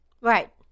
Right